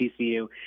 TCU